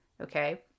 okay